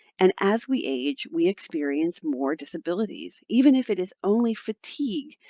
and as we age, we experience more disabilities. even if it is only fatigue,